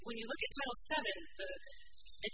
when you look at tit